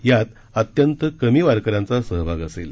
यात अत्यंत कमी वारकऱ्यांचा सहभाग असेल